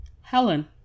Helen